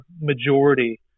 majority